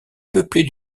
peuplées